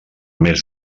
més